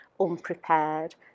unprepared